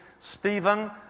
Stephen